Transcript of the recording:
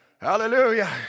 Hallelujah